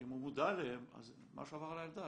שאם הוא מודע להן, אז משהו עבר על הילדה.